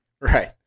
right